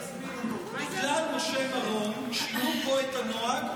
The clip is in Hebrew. בגלל משה מירון שינו פה את הנוהל,